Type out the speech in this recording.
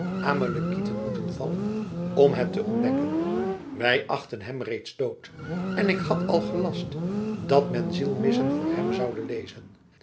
amalekiten moeten vallen om het te ontdekken wij achtten hem reeds dood en ik had al gelast dat men zielmissen voor hem zoude lezen